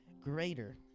greater